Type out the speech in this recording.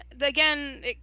again